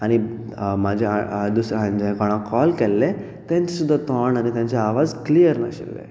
आनी म्हजें दुसरें हांवें जे कोणाक कॉल केल्लें तेंच सुद्दा तोंड आनी तांचो आवाज क्लियर नाशिल्लो